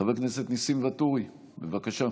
חבר הכנסת ניסים ואטורי, בבקשה.